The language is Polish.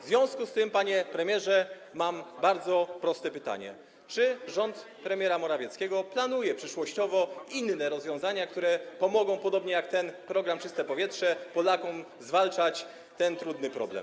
W związku z tym, panie premierze, mam bardzo proste pytanie: Czy rząd premiera Morawieckiego planuje przyszłościowo inne rozwiązania, które pomogą Polakom - podobnie jak program „Czyste powietrze” - zwalczać ten trudny problem?